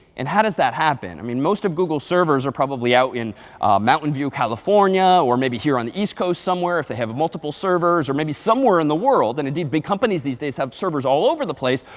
and how does that happen? i mean, most of google's servers are probably out in mountain view, california or maybe here on the east coast somewhere, if they have multiple servers. or maybe somewhere in the world. and indeed, big companies these days have servers all over the place.